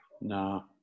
No